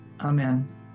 Amen